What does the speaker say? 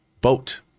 boat